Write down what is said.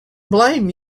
blame